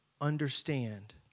understand